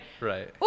Right